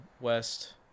West